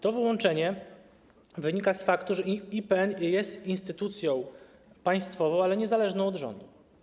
To wyłączenie wynika z faktu, że IPN jest instytucją państwową, ale niezależną od rządu.